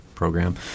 program